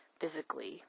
physically